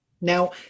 Now